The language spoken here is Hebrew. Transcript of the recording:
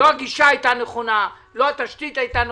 לא הגישה הייתה נכונה, לא התשתית הייתה נכונה.